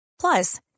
Plus